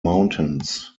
mountains